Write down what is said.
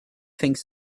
things